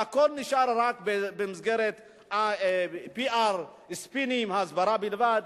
והכול נשאר רק במסגרת PR, ספינים, הסברה בלבד.